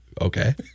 Okay